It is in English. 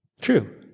True